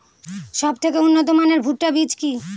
সবথেকে উন্নত মানের ভুট্টা বীজ কি?